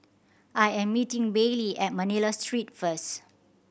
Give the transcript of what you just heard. I am meeting Baylee at Manila Street first